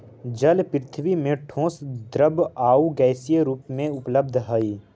जल पृथ्वी में ठोस द्रव आउ गैसीय रूप में उपलब्ध हई